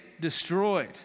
destroyed